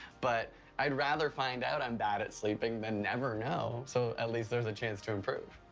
but i'd rather find out i'm bad at sleeping, than never know. so at least there's a chance to improve.